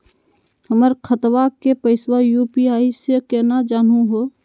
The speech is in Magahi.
हमर खतवा के पैसवा यू.पी.आई स केना जानहु हो?